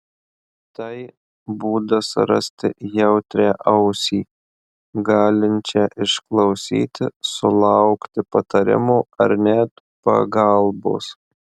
tai būdas rasti jautrią ausį galinčią išklausyti sulaukti patarimo ar net pagalbos